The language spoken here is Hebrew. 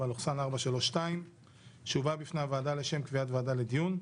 פ/432/24 שהובאה בפני הוועדה לשם קביעת ועדה לדיון.